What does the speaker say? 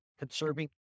Conserving